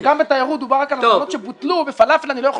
בתיירות דובר על הזמנות שבוטלו אבל בפלאפל אני לא יכול